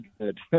good